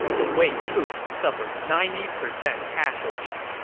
the wei troops suffered ninety percent casualties,